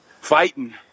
fighting